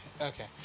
Okay